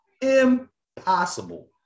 Impossible